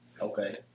Okay